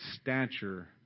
stature